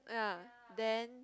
ya then